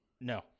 No